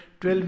12